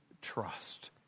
trust